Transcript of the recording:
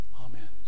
Amen